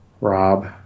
Rob